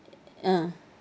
ah